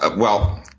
ah well,